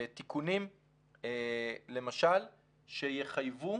תיקונים למשל שיחייבו